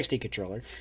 controller